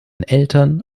eltern